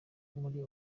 muri